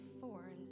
four